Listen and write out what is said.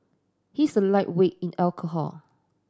he's a lightweight in alcohol